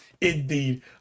indeed